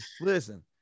Listen